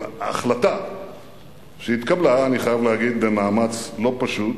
אבל ההחלטה התקבלה, אני חייב להגיד, במאמץ לא פשוט